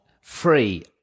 free